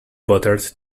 bothered